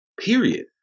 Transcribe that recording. period